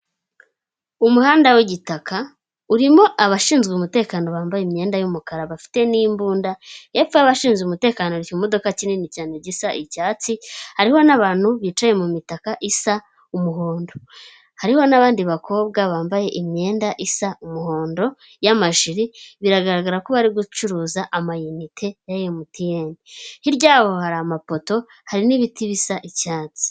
Umuhanda w'igitaka, urimo abashinzwe umutekano bambaye imyenda y'umukara bafite n'imbunda, hepfo y'abashinzwe umutekano hari ikimodoka kinini cyane gisa icyatsi, hariho n'abantu bicaye mu mitaka isa umuhondo. Hariho n'abandi bakobwa bambaye imyenda isa umuhondo, y'amajire biragaragara ko bari gucuruza amayinite ya MTN. Hirya yabo hari amapoto hari n'ibiti bisa icyatsi.